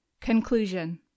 CONCLUSION